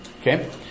Okay